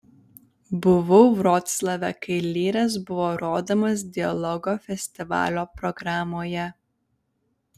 buvau vroclave kai lyras buvo rodomas dialogo festivalio programoje